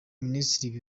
ministiri